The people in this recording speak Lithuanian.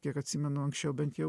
kiek atsimenu anksčiau bent jau